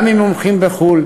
גם עם מומחים בחו"ל,